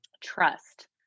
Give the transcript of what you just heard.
trust